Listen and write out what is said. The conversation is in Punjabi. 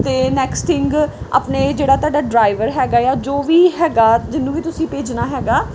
ਅਤੇ ਨੈਕਸਟ ਥਿੰਗ ਆਪਣੇ ਜਿਹੜਾ ਤੁਹਾਡਾ ਡਰਾਈਵਰ ਹੈਗਾ ਆ ਜੋ ਵੀ ਹੈਗਾ ਜਿਹਨੂੰ ਵੀ ਤੁਸੀਂ ਭੇਜਣਾ ਹੈਗਾ